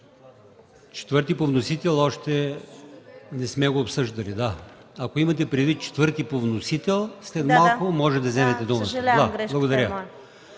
Четвърти по вносител още не сме го обсъждали. Ако имате предвид § 4 по вносител, след малко може да вземете думата. ДЕСИСЛАВА